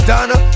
Donna